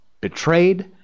betrayed